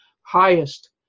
highest